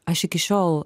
aš iki šiol